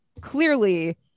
clearly